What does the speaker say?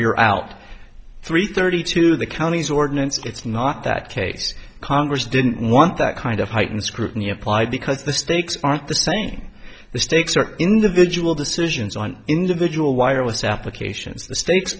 you're out three thirty two the counties ordinance it's not that case congress didn't want that kind of heightened scrutiny applied because the stakes aren't the same the stakes are individual decisions on individual wireless applications